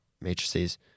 matrices